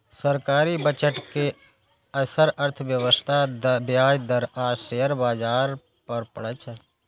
सरकारी बजट के असर अर्थव्यवस्था, ब्याज दर आ शेयर बाजार पर पड़ै छै